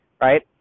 right